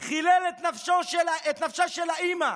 חילל את נפשה של האימא,